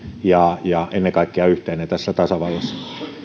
ja ja ennen kaikkea yhteinen tässä tasavallassa